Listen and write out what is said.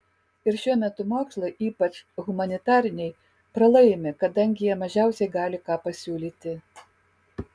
ir šiuo metu mokslai ypač humanitariniai pralaimi kadangi jie mažiausiai gali ką pasiūlyti